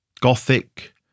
gothic